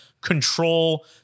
control